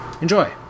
Enjoy